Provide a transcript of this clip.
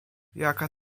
jaka